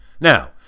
Now